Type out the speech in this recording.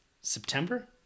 September